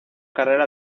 carrera